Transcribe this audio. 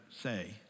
say